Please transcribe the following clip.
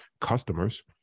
customers